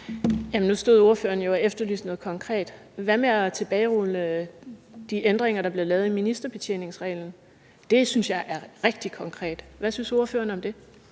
nu stod ordføreren jo og efterlyste noget konkret. Hvad med at tilbagerulle de ændringer, der blev lavet i ministerbetjeningsreglen? Det synes jeg er rigtig konkret. Hvad synes ordføreren om det?